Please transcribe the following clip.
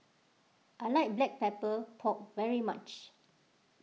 I like Black Pepper Pork very much